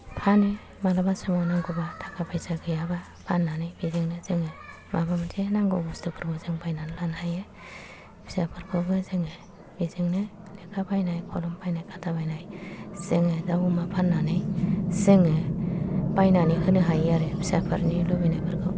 फानो मालाबा समाव नांगौबा थाखा फैसा गैयाबा फान्नानै बेजोंनो जोङो माबा मोनसे नांगौ बस्तुफोरखौ जों बायनानै लानो हायो फिसाफोरखौबो जोङो बेजोंनो लेखा बायनाय कलम बायनाय खाता बायनाय जोङो दाव अमा फान्नानै जोङो बायनानै होनो हायो आरो फिसाफोरनि लुगैनायफोरखौ